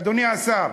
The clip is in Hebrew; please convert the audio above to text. אדוני השר,